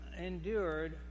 endured